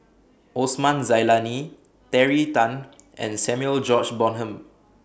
Osman Zailani Terry Tan and Samuel George Bonham